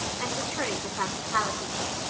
and returning to practicalities.